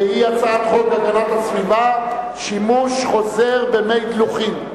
של הצעת חוק הגנת הסביבה (שימוש חוזר במי דלוחין,